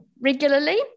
regularly